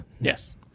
Yes